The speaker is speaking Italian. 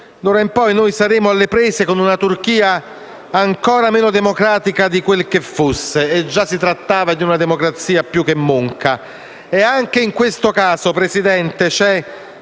D'ora in poi saremo alle prese con una Turchia ancora meno democratica di quel che era (e già si trattava di una democrazia più che monca). Anche in questo caso, signor Presidente, c'è